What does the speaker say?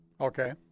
Okay